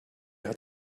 hat